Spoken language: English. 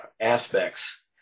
aspects